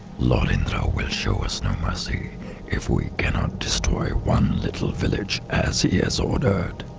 lord indra will show us no mercy if we cannot destroy one little village as he has ordered.